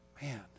man